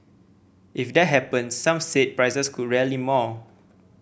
if that happen some said prices could rally more